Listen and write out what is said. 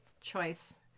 choice